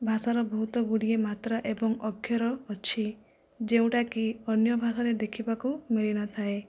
ଭାଷାର ବହୁତ ଗୁଡ଼ିଏ ମାତ୍ରା ଏବଂ ଅକ୍ଷର ଅଛି ଯେଉଁଟାକି ଅନ୍ୟ ପାଖରେ ଦେଖିବାକୁ ମିଳିନଥାଏ